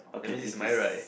that means is my right